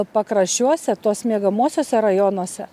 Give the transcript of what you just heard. pakraščiuose tuos miegamuosiuose rajonuose